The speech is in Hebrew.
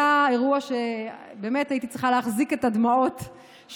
זה היה אירוע שבאמת הייתי צריכה להחזיק בו את הדמעות שלי,